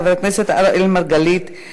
חבר הכנסת אראל מרגלית,